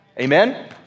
Amen